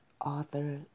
author